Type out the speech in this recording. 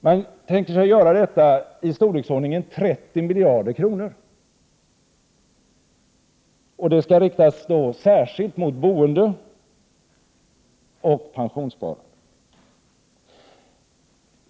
Man tänker sig att höjningen skall vara i storleksordningen 30 miljarder kronor. Den skall riktas särskilt mot boende och pensionssparande.